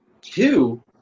Two